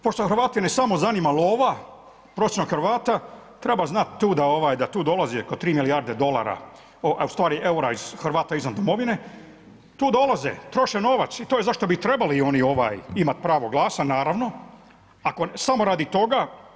Pošto Hrvate samo zanima lova, prosječnog Hrvata, treba znati tu da tu dolaze oko 3 milijarde dolara, ustvari eura, Hrvata izvan domovine, tu dolaze, troše novac i to je zašto bi trebali oni imati pravo glasa naravno, samo radi toga.